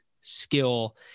skill